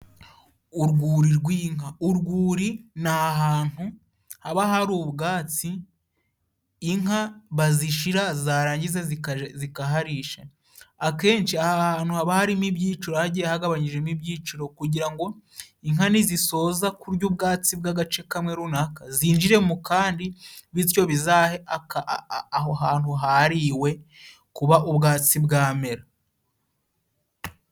Urwuri rw'inka. Urwuri ni ahantu haba hari ubwatsi inka bazishira zarangiza zikaharisha. Akenshi aha hantu haba harimo ibyiciro, hagiye hagabanyijwemo ibyiciro, kugira ngo inka nizisoza kurya ubwatsi bw'agace kamwe runaka, zinjire mu kandi bityo bizahe aho hantu hariwe kuba ubwatsi bwamera.